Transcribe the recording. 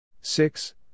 Six